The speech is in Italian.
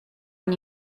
una